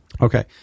Okay